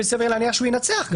וסביר להניח שהוא גם ינצח.